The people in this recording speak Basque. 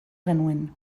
genuen